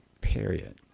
period